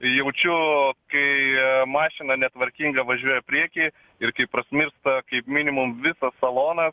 jaučiu kai mašina netvarkinga važiuoja prieky ir kaip prasmirsta kaip minimum visas salonas